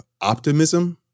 optimism